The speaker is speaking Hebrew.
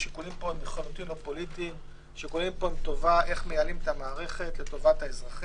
השיקולים פה אינם פוליטיים אלא איך מייעלים את המערכת לטובת האזרחים.